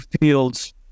fields